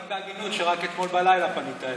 להגיד בהגינות שרק אתמול בלילה פנית אליי,